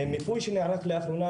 במיפוי שנערך לאחרונה,